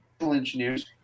engineers